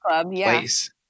place